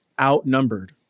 outnumbered